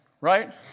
right